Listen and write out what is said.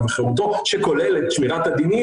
ורשות אחרת שמפרשת ושופטת על פי החוקים.